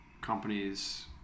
companies